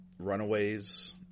Runaways